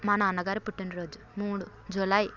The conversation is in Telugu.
మా నాన్నగారు పుట్టినరోజు మూడు జూలై